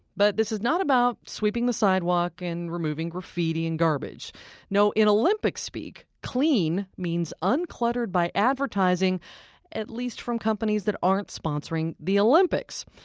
but this is not about sweeping the sidewalk and removing graffiti and garbage in olympic-speak clean means uncluttered by advertising at least from companies that aren't sponsoring the olympics.